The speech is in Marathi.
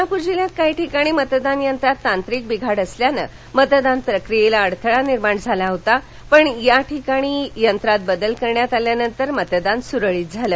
सोलापूर जिल्ह्यात काही ठिकाणी मतदान यंत्रात तांत्रिक बिघाड असल्याने मतदान प्रक्रियेला अडथळा निर्माण झाला होता पण या ठिकाणी यंत्रात बदल करण्यात आल्यानंतर मतदान सुरळीत सुरु झाले